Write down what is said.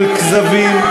של כזבים,